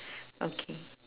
okay